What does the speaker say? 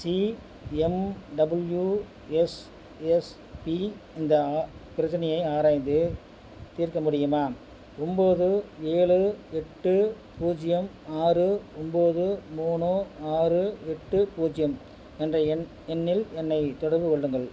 CMWSSB இந்த பிரச்சினையை ஆராய்ந்து தீர்க்க முடியுமா ஒம்பது ஏழு எட்டு பூஜ்யம் ஆறு ஒன்போது மூணு ஆறு எட்டு பூஜ்யம் என்ற எண் எண்ணில் என்னைத் தொடர்பு கொள்ளுங்கள்